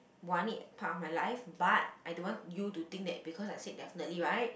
want it part of my life but I don't want you to think that because I said definitely right